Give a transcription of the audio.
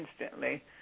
instantly